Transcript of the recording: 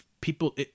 people